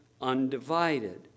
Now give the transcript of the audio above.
undivided